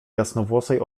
jasnowłosej